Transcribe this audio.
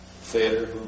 theater